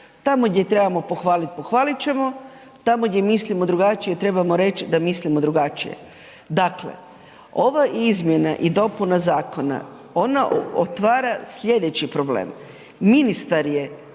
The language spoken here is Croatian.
Tamo gdje trebamo pohvalit, pohvalit ćemo, tamo gdje mislimo drugačije trebamo reć da mislimo drugačije. Dakle, ova izmjena i dopuna zakona, ona otvara sljedeći problem, ministar je